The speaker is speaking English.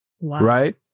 Right